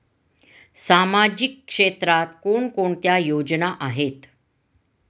सामाजिक क्षेत्रात कोणकोणत्या योजना आहेत?